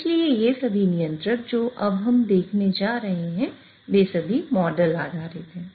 इसलिए ये सभी नियंत्रक जो अब हम देखने जा रहे हैं वे सभी मॉडल आधारित हैं